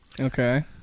Okay